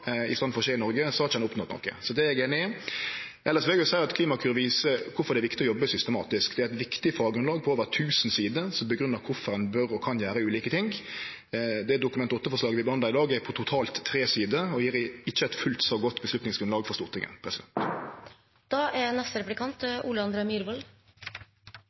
i staden for å skje i Noreg, har ein ikkje oppnådd noko. Det er eg einig i. Elles vil eg seie at Klimakur viser kvifor det er viktig å jobbe systematisk. Det er eit viktig faggrunnlag på over tusen sider som grunngjev kvifor ein bør og kan gjere ulike ting. Det Dokument 8-forslaget vi behandlar i dag, er på totalt tre sider, og gjev ikkje eit fullt så godt avgjerdsgrunnlag for Stortinget.